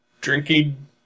drinking